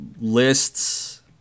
lists